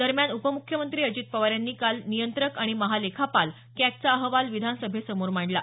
दरम्यान उपमुख्यमंत्री अजित पवार यांनी काल नियंत्रक आणि महालेखापाल कॅगचा अहवाल विधानसभेसमोर मांडला